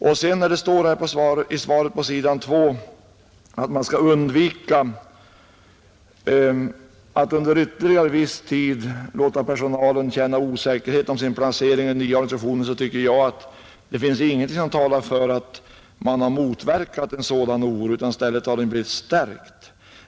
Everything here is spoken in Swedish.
Det står i interpellationssvaret att man skall undvika att under ytterligare viss tid låta personalen känna osäkerhet om sin placering i den nya organisationen, Det finns emellertid enligt min mening ingenting som talar för att man sökt motverka en sådan oro — den har tvärtom förstärkts.